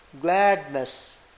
gladness